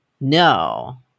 No